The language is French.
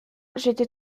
j’étais